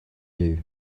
хийв